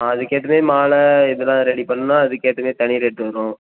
ஆ அதுக்கு ஏற்ற மாதிரி மாலை இதெல்லாம் ரெடி பண்ணினா அதுக்கு ஏற்ற மாதிரி தனி ரேட் வரும்